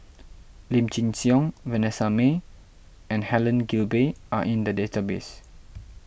Lim Chin Siong Vanessa Mae and Helen Gilbey are in the database